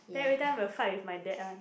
then every time will fight with my dad one